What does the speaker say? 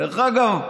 דרך אגב,